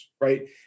right